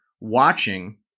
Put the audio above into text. watching